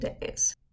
days